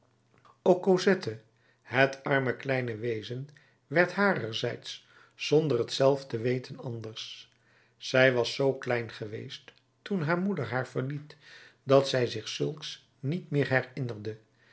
ook cosette het arme kleine wezen werd harerzijds zonder het zelf te weten anders zij was zoo klein geweest toen haar moeder haar verliet dat zij zich zulks niet meer herinnerde